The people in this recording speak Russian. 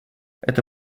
это